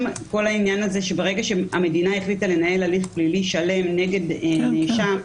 ברגע שהמדינה החליטה לנהל הליך פלילי שלם נגד נאשם,